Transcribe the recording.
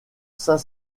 saint